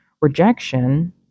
rejection